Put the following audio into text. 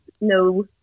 no